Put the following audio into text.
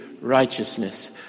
righteousness